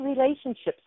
relationships